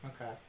Okay